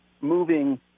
moving